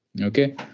okay